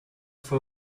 fue